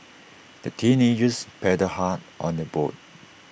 the teenagers paddled hard on their boat